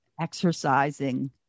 exercising